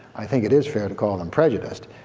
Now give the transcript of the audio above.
i think that it's fair to call them prejudiced.